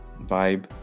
vibe